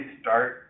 start